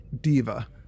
diva